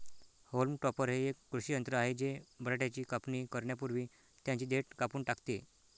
haulm topper हे एक कृषी यंत्र आहे जे बटाट्याची कापणी करण्यापूर्वी त्यांची देठ कापून टाकते